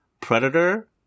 Predator